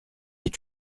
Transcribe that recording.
est